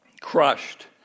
crushed